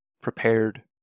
prepared